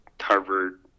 Harvard